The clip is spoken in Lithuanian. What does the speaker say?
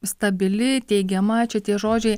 stabili teigiama čia tie žodžiai